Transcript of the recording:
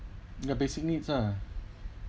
ya basic needs ah